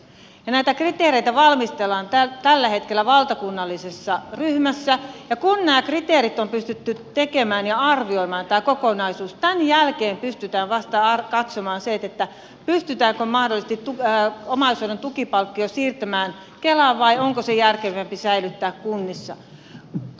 näitä kriteereitä valmistellaan tällä hetkellä valtakunnallisessa ryhmässä ja vasta sen jälkeen kun nämä kriteerit on pystytty tekemään ja on pystytty arvioimaan tämä kokonaisuus pystytään katsomaan se pystytäänkö mahdollisesti omaishoidon tukipalkkio siirtämään kelaan vai onko se järkevämpi säilyttää kunnissa